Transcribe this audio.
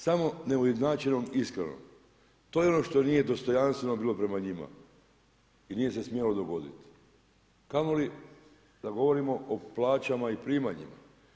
Samo neujednačenom ishranom to je ono što nije dostojanstveno bilo prema njima i nije se smjelo dogoditi kamoli da govorimo o plaćama i primanjima.